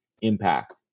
impact